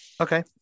Okay